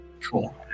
Cool